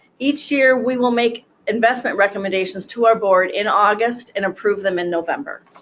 each year we will make investment recommendations to our board in august and approve them in november.